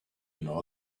know